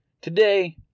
Today